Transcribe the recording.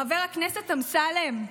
חבר הכנסת אמסלם,